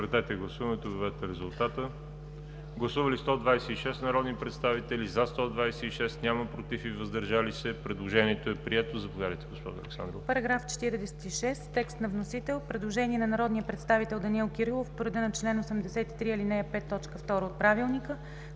Параграф 46 – текст на вносител. Предложение на народния представител Данаил Кирилов по реда на чл. 83, ал. 5, т. 2 от Правилника